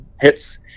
hits